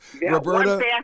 Roberta